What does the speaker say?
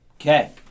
Okay